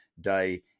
day